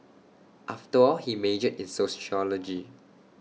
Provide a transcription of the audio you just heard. after all he majored in sociology